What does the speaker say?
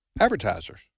advertisers